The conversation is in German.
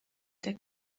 der